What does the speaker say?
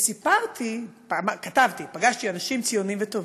וסיפרתי, כתבתי: פגשתי אנשים ציונים וטובים,